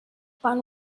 plan